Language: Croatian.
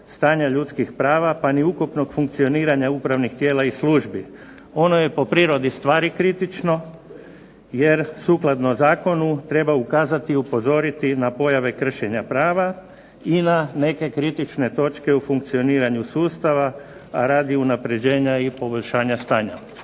stanja ljudskih prava pa ni ukupnog funkcioniranja upravnih tijela i službi. Ono je po prirodi stvari kritično jer sukladno zakonu treba ukazati i upozoriti na pojave kršenja prava i na neke kritične točke u funkcioniranju sustava, a radi unapređenja i poboljšanja stanja.